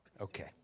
Okay